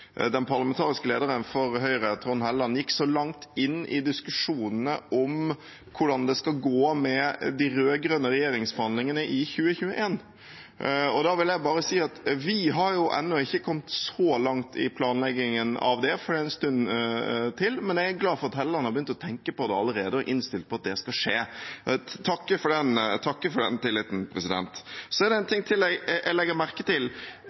den parlamentariske lederen for Høyre, Trond Helleland, gikk så langt inn i diskusjonen om hvordan det skal gå med de rød-grønne regjeringsforhandlingene i 2021. Da vil jeg bare si at vi ennå ikke har kommet så langt i planleggingen av det, for det er en stund til, men jeg er glad for at Helleland har begynt å tenke på det allerede og er innstilt på at det skal skje. Jeg takker for den tilliten. Det er en ting til jeg legger merke til